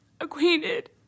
acquainted